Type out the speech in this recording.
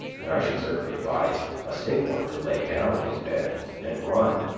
and i should certainly advise a sick one to lay down his bed and run.